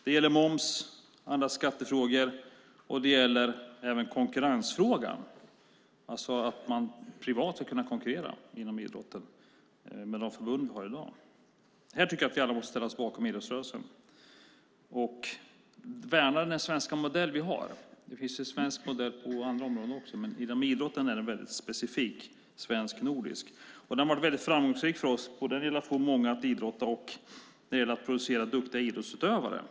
Det gäller moms, andra skattefrågor och konkurrensfrågan, det vill säga att man ska kunna konkurrera privat inom idrotten med de förbund vi har i dag. Här tycker jag att vi alla måste ställa oss bakom idrottsrörelsen och värna den svenska modell som vi har. Det finns en svensk modell på andra områden också, men inom idrotten är den väldigt specifikt svensk och nordisk. Den har varit väldigt framgångsrik för oss både när det gäller att få många att idrotta och när det gäller att producera duktiga idrottsutövare.